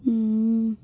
ಹ್ಞೂ